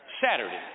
Saturday